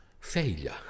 failure